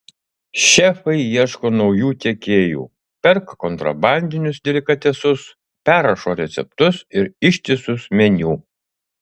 šefai ieško naujų tiekėjų perka kontrabandinius delikatesus perrašo receptus ir ištisus meniu